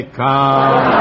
come